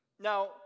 Now